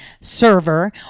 server